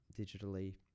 digitally